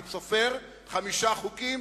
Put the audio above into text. אני סופר חמישה חוקים,